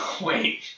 Wait